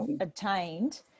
obtained